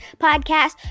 podcast